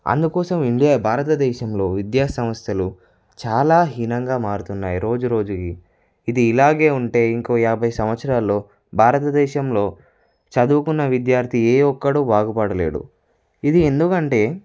అందుకోసం ఇండియా భారత దేశంలో విద్యాసంస్థలు చాలా హీనంగా మారుతున్నాయి రోజురోజుకి ఇది ఇలాగే ఉంటే ఇంకో యాభై సంవత్సరాల్లో భారతదేశంలో చదువుకున్న విద్యార్థి ఏ ఒక్కడు బాగుపడలేడు ఇది ఎందుకంటే